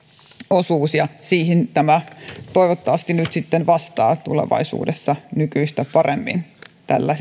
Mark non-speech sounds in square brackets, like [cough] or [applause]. osuus ja siihen tämä toivottavasti nyt sitten vastaa tulevaisuudessa nykyistä paremmin tällä [unintelligible]